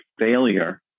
failure